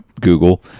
Google